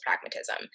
pragmatism